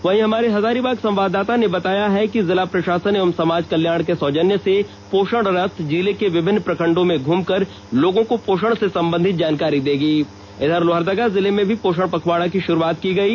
वहीं हमारे हजारीबाग संवाददाता ने बताया है कि जिला प्रशासन एवं समाज कल्याण के सौजन्य से पोषण रथ जिले के विभिन्न प्रखण्डों में घ्रमकर लोगों को पोषण से संबंधित जानकारी देगी इधर लोहरदगा जिले में भी पोषण पखवाड़ा की शुरूआत की गयी